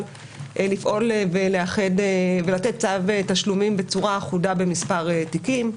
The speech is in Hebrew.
לפעול ולתת צו תשלומים בצורה אחודה במספר תיקים.